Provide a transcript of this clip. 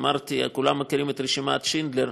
אמרתי: כולם מכירים את רשימת שינדלר,